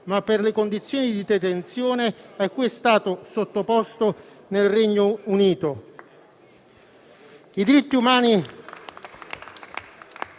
ma per le condizioni di detenzione a cui è stato sottoposto nel Regno Unito.